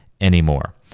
anymore